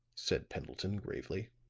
said pendleton, gravely.